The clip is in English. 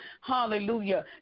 Hallelujah